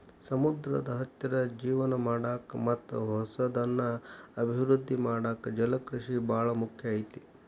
ಸಮುದ್ರದ ಹತ್ತಿರ ಜೇವನ ಮಾಡಾಕ ಮತ್ತ್ ಹೊಸದನ್ನ ಅಭಿವೃದ್ದಿ ಮಾಡಾಕ ಜಲಕೃಷಿ ಬಾಳ ಮುಖ್ಯ ಐತಿ